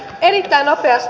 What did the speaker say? erittäin nopeasti